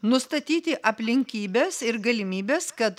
nustatyti aplinkybes ir galimybes kad